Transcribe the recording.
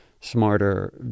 smarter